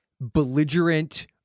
belligerent